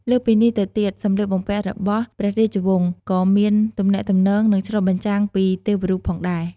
លើសពីនេះទៅទៀត សម្លៀកបំពាក់របស់ព្រះរាជវង្សក៏មានទំនាក់ទំនង និងឆ្លុះបញ្ចាំងពីទេវរូបផងដែរ។